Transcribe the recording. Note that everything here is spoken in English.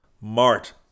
Mart